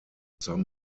some